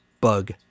bug